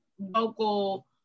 Local